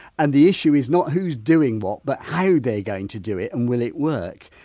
and the issue is not who's doing what but how they're going to do it and will it work.